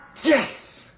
yes,